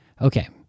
Okay